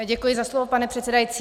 Děkuji za slovo, pane předsedající.